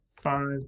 five